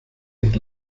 nicht